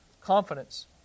confidence